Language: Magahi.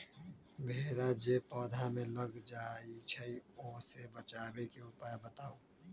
भेरा जे पौधा में लग जाइछई ओ से बचाबे के उपाय बताऊँ?